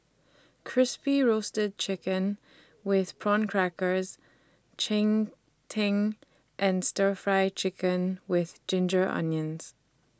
Crispy Roasted Chicken with Prawn Crackers Cheng Tng and Stir Fry Chicken with Ginger Onions